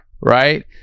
right